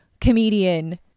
comedian